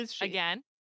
again